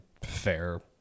fair